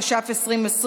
התש"ף 2020,